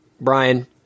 Brian